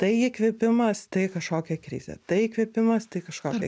tai įkvėpimas tai kažkokia krizė tai įkvėpimas tai kažkokia